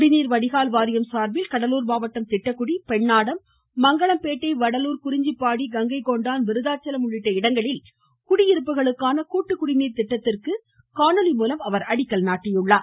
குடிநீர் வடிகால் வாரியம் சார்பில் கடலூர் மாவட்டம் திட்டக்குடி பெண்ணாடம் மங்களம்பேட்டை வடலூர் குறிஞ்சிப்பாடி கங்கை கொண்டான் விருத்தாச்சலம் உள்ளிட்ட இடங்களில் குடியிருப்புகளுக்கான கூட்டு குடிநீர் திட்டத்திற்கு காணொலி மூலம் முதலமைச்சர் அடிக்கல் நாட்டினார்